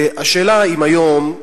השאלה היא אם היום,